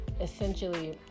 essentially